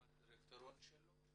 עם הדירקטוריון שלו,